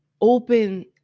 open